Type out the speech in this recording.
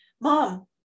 mom